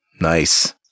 Nice